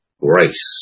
grace